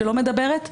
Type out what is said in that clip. שלא מדברת,